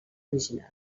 original